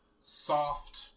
soft